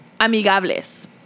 amigables